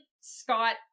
Scott